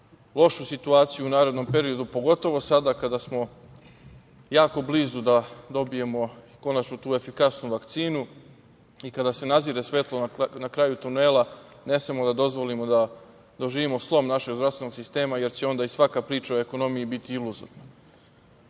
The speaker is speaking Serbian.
lošu situaciju u narednom periodu, pogotovo sada, kada smo jako blizu da dobijemo konačno tu efikasnu vakcinu i kada se nazire svetlo na kraju tunela, ne smemo da dozvolimo da doživimo slom našeg zdravstvenog sistema, jer će onda i svaka priča o ekonomiji biti iluzorna. Pored